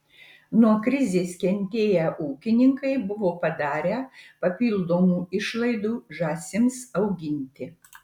nuo krizės kentėję ūkininkai buvo padarę papildomų išlaidų žąsims auginti